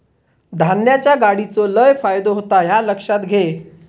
धान्याच्या गाडीचो लय फायदो होता ह्या लक्षात घे